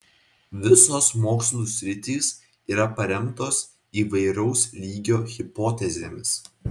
visos mokslų sritys yra paremtos įvairaus lygio hipotezėmis